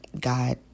God